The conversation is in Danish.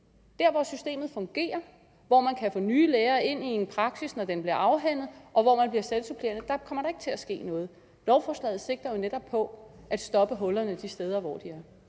Der, hvor systemet fungerer, hvor man kan få nye læger ind i en praksis, når den bliver afhændet, og hvor man bliver selvsupplerende, kommer der ikke til at ske noget. Lovforslaget sigter jo netop på at stoppe hullerne de steder, hvor de er.